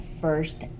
first